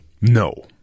No